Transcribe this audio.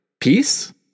Peace